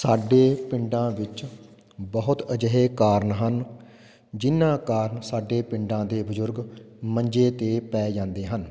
ਸਾਡੇ ਪਿੰਡਾਂ ਵਿੱਚ ਬਹੁਤ ਅਜਿਹੇ ਕਾਰਨ ਹਨ ਜਿਨ੍ਹਾਂ ਕਾਰਨ ਸਾਡੇ ਪਿੰਡਾਂ ਦੇ ਬਜ਼ੁਰਗ ਮੰਜੇ 'ਤੇ ਪੈ ਜਾਂਦੇ ਹਨ